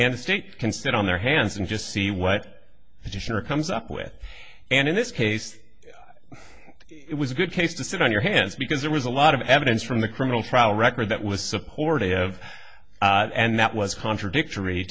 and the state can sit on their hands and just see what edition or comes up with and in this case it was a good case to sit on your hands because there was a lot of evidence from the criminal trial record that was supportive of it and that was contradictory